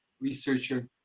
researcher